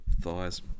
thighs